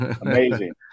Amazing